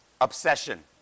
Obsession